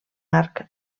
arc